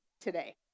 today